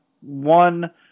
One